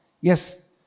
Yes